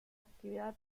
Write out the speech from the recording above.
actividad